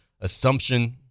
Assumption